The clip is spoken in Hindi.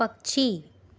पक्षी